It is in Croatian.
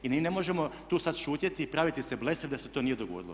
I ne možemo tu sad šutjeti i praviti se blesavi da se to nije dogodilo.